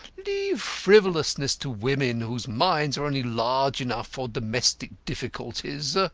leave frivolousness to women, whose minds are only large enough for domestic difficulties.